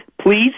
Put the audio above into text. please